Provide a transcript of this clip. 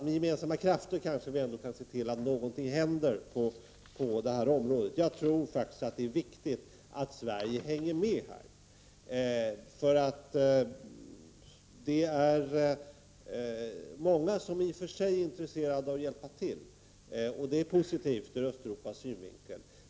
Med gemensamma krafter kan vi kanske se till att någonting händer på det här området. Jag tror faktiskt att det är viktigt att Sverige hänger med. Det är många som i och för sig är intresserade av att hjälpa till, och det är positivt ur Östeuropas synvinkel.